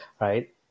right